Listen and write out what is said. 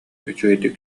үчүгэйдик